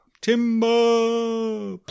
Timber